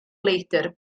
leidr